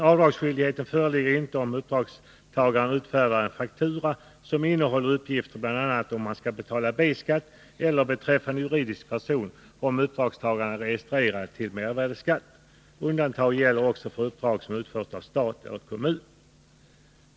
Avdragsskyldigheter föreligger inte om uppdragstagaren utfärdar en faktura som bl.a. skall innehålla uppgifter om B-skatt skall betalas eller, beträffande juridisk person, om uppdragstagaren är registrerad enligt lagen om mervärdeskatt. Undantag gäller också för uppdrag som utförs av stat eller kommun.